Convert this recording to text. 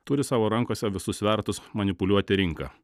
turi savo rankose visus svertus manipuliuoti rinka